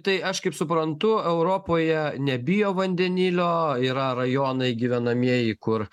tai aš kaip suprantu europoje nebijo vandenilio yra rajonai gyvenamieji kur